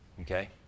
Okay